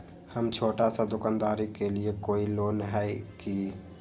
हम छोटा सा दुकानदारी के लिए कोई लोन है कि?